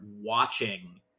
watching